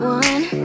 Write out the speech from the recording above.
one